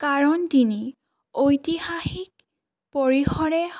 কাৰণ তিনি ঐতিহাসিক পৰিসৰে